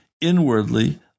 inwardly